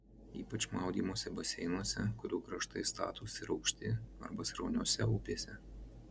ypač maudymosi baseinuose kurių kraštai statūs ir aukšti arba srauniose upėse